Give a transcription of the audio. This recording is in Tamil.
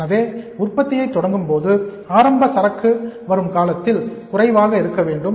எனவே உற்பத்தியை தொடங்கும் போது ஆரம்பக் சரக்கு வரும் காலத்தில் குறைவாக இருக்க வேண்டும்